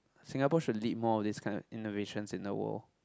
Singapore should lead more of this kind innovations in the world